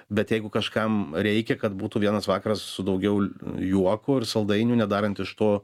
bet jeigu kažkam reikia kad būtų vienas vakaras su daugiau juoko ir saldainių nedarant iš to